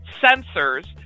sensors